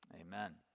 amen